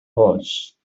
horse